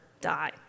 die